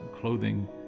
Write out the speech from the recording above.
clothing